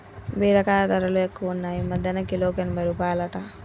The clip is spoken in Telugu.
బీరకాయ ధరలు ఎక్కువున్నాయ్ ఈ మధ్యన కిలోకు ఎనభై రూపాయలట